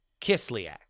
Kislyak